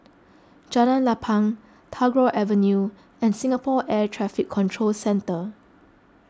Jalan Lapang Tagore Avenue and Singapore Air Traffic Control Centre